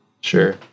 Sure